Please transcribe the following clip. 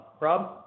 Rob